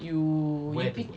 you you pilih